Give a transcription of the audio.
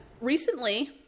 Recently